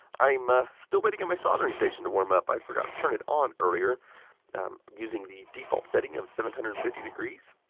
i'm ah still waiting on my soldering station to warm up. i forgot to turn it on earlier. i'm using the default setting of seven hundred and fifty degrees.